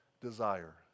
desire